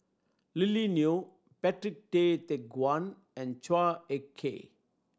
Lily Neo Patrick Tay Teck Guan and Chua Ek Kay